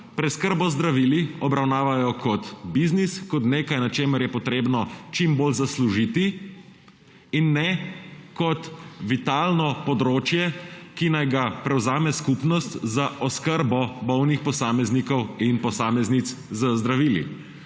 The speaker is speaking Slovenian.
preskrbo z zdravili obravnavajo kot biznis, kot nekaj, s čimer je treba čim bolj zaslužiti, in ne kot vitalno področje, ki naj ga prevzame skupnost za oskrbo bolnih posameznikov in posameznic z zdravili.